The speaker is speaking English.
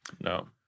no